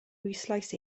bwyslais